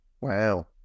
Wow